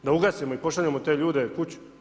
Da ugasimo i pošaljemo te ljude kući?